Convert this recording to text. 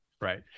right